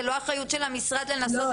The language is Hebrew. שזו לא האחריות של משרד המשפטים לנסות.